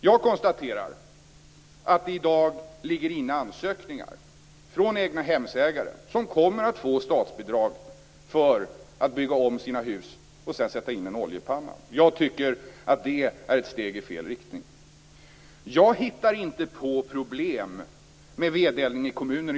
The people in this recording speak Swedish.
Jag konstaterar att det i dag ligger inne ansökningar från egnahemsägare som kommer att få statsbidrag för att bygga om sina hus och sedan sätta in oljepannor. Jag tycker att det är ett steg i fel riktning. Jag hittar inte på problem med vedeldning i kommunerna.